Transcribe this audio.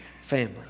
family